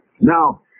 Now